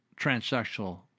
transsexual